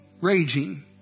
raging